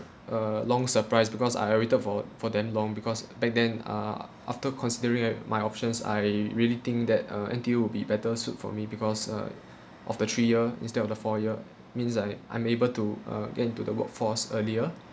uh long surprise because I I waited for for them long because back then uh after considering my options I really think that uh N_T_U will be better suit for me because right of the three year instead of the four year means I I'm able to uh get into the workforce earlier